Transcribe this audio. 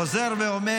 חוזר ואומר: